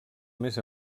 més